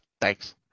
thanks